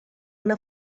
una